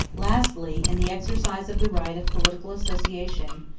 lastly, in the exercise of the right of political association,